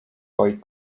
boy